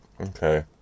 Okay